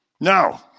No